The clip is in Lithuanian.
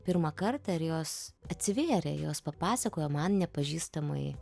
pirmą kartą ir jos atsivėrė jos papasakojo man nepažįstamai